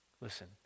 Listen